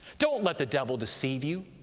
don't let the devil deceive you.